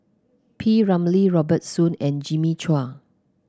P Ramlee Robert Soon and Jimmy Chua